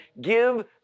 give